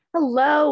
Hello